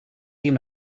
seem